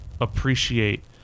appreciate